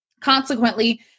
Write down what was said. Consequently